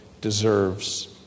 deserves